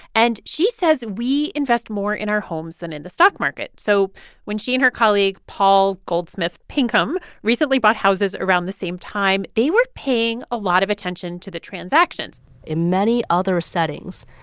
and she says we invest more in our homes than in the stock market. so when she and her colleague paul goldsmith-pinkham recently bought houses around the same time, they were paying a lot of attention to the transactions in many other settings,